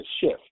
shift